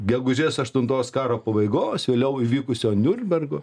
gegužės aštuntos karo pabaigos vėliau įvykusio niurnbergo